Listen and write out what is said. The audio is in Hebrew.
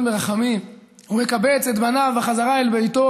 ברחמים ומקבץ את בניו בחזרה אל ביתו,